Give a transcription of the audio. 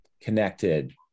connected